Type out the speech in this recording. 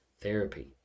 therapy